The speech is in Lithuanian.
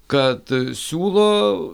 kad siūlo